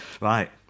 right